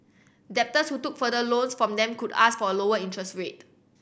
debtors who took further loans from them could ask for a lower interest rate